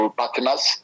partners